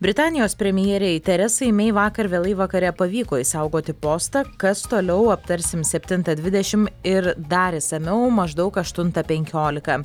britanijos premjerei teresai mei vakar vėlai vakare pavyko išsaugoti postą kas toliau aptarsim septintą dvidešim ir dar išsamiau maždaug aštuntą penkiolika